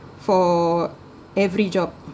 for every job